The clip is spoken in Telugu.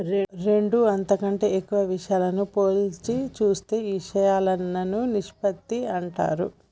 రెండు అంతకంటే ఎక్కువ విషయాలను పోల్చి చూపే ఇషయాలను నిష్పత్తి అంటారు